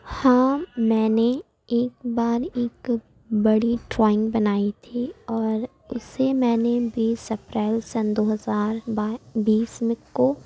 ہاں میں نے ایک بار ایک بڑی ڈرائنگ بنائی تھی اور اسے میں نے بیس اپریل سن دو ہزار بیس کو